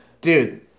Dude